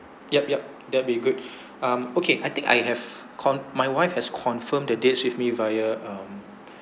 yup yup that'll be good um okay I think I have con~ my wife has confirmed the dates with me via um